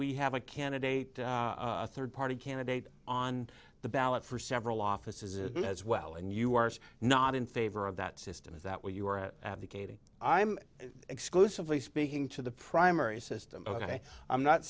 we have a candidate third party candidate on the ballot for several offices as well and you are not in favor of that system is that what you are advocating i'm exclusively speaking to the primary system ok i'm not